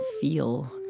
feel